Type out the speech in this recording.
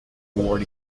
ward